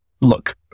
look